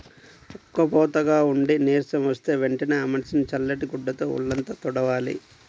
ఉక్కబోతగా ఉండి నీరసం వస్తే వెంటనే ఆ మనిషిని చల్లటి గుడ్డతో వొళ్ళంతా తుడవాలి